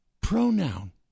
pronoun